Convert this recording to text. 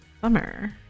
Summer